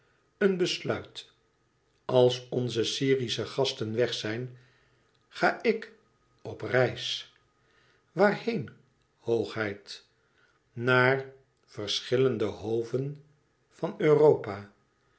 een besluit als onze syrische gasten weg zijn ga ik op reis waarheen hoogheid naar verschillende hoven van europa